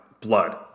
blood